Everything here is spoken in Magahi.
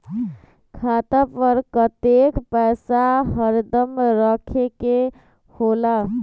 खाता पर कतेक पैसा हरदम रखखे के होला?